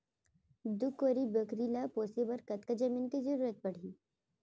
दू कोरी बकरी ला पोसे बर कतका जमीन के जरूरत पढही?